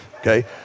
okay